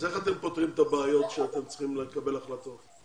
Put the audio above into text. איך אתם פותרים את הבעיות כשאתם צריכים לקבל החלטות?